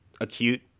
acute